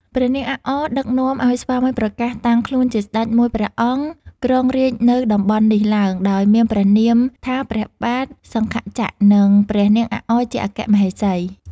ព្រះនាងអាក់អ ដឹកនាំឲ្យស្វាមីប្រកាសតាំងខ្លួនជាស្ដេចមួយព្រះអង្គ គ្រងរាជនៅតំបន់នេះឡើង ដោយមានព្រះនាមថា ព្រះបាទ "សង្ខចក្រ" និង ព្រះនាងអាក់អ ជាអគ្គមហេសី ។